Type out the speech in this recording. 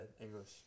English